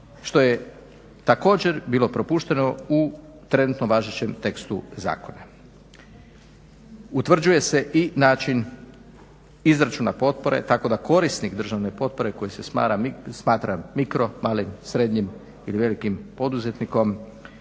što je također bilo propušteno u trenutno važećem tekstu zakona. Utvrđuje se i način izračuna potpore tako da korisnik državne potpore koji se smatra mikro, malim, srednjim ili velikim poduzetnikom